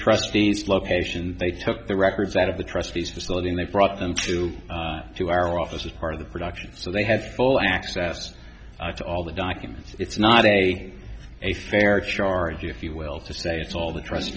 trustees location they took the records out of the trustees facility and they brought them to to our office as part of the production so they had full access to all the documents it's not a a fair charge if you will to say it's all the tr